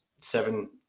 seven